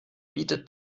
bietet